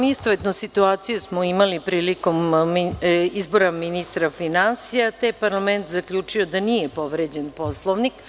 Istovetnu situaciju smo imali i prilikom izbora ministra finansija, te je parlament zaključio da nije povređen Poslovnik.